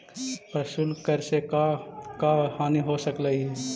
प्रशुल्क कर से का का हानि हो सकलई हे